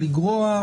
לגרוע.